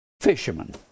fisherman